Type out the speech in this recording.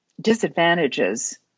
disadvantages